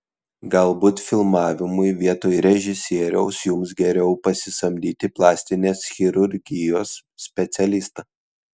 galbūt filmavimui vietoj režisieriaus jums geriau pasisamdyti plastinės chirurgijos specialistą